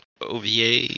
OVA